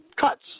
cuts